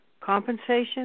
compensation